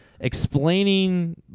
explaining